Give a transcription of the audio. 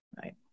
Right